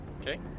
Okay